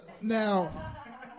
Now